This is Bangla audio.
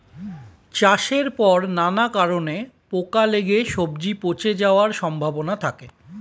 চাষের পর নানা কারণে পোকা লেগে সবজি পচে যাওয়ার সম্ভাবনা থাকে